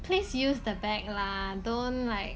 please use the bag lah don't like